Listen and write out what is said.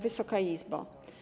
Wysoka Izbo!